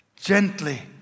gently